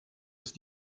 ist